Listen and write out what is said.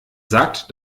sagt